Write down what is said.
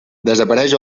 desapareix